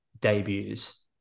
debuts